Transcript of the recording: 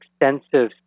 extensive